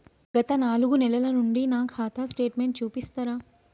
గత నాలుగు నెలల నుంచి నా ఖాతా స్టేట్మెంట్ చూపిస్తరా?